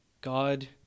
God